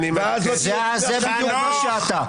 ואז לא --- זה בדיוק מה שאתה.